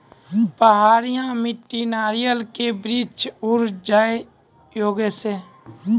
पहाड़िया मिट्टी नारियल के वृक्ष उड़ जाय योगेश?